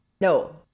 No